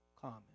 common